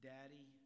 Daddy